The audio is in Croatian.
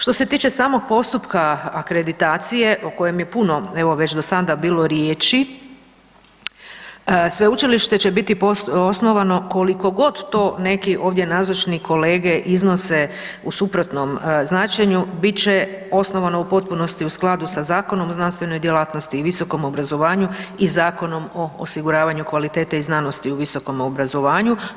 Što se tiče samog postupka akreditacije o kojem je puno evo već do sada bilo riječi, sveučilište će biti osnovano koliko god to neki ovdje nazočni kolege iznose u suprotnom značenju, bit će osnovano u potpunosti u skladu sa Zakonom o znanstvenoj djelatnosti i visokom obrazovanju i Zakonom o osiguravanju kvalitete i znanosti u visokom obrazovanju.